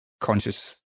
conscious